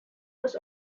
was